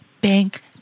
bank